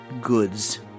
goods